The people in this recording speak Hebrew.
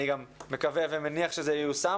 אני גם מקווה ומניח שזה ייושם,